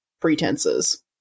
pretenses